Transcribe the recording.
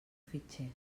fitxer